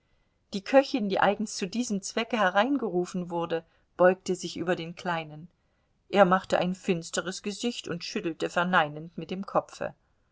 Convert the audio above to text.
die köchin die eigens zu diesem zwecke hereingerufen wurde beugte sich über den kleinen er machte ein finsteres gesicht und schüttelte verneinend mit dem kopfe